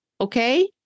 okay